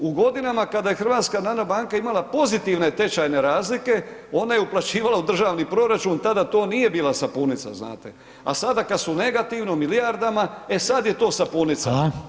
U godinama kada je HNB imala pozitivne tečajne razlike, ona je uplaćivala u državni proračun, tada to nije bila sapunica, znate, a sada kad su negativno, u milijardama, e sad je to sapunica.